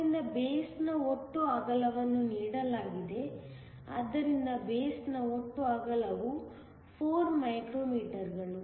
ಆದ್ದರಿಂದ ಬೇಸ್ನ ಒಟ್ಟು ಅಗಲವನ್ನು ನೀಡಲಾಗಿದೆ ಆದ್ದರಿಂದ ಬೇಸ್ನ ಒಟ್ಟು ಅಗಲವು 4 ಮೈಕ್ರೋಮೀಟರ್ಗಳು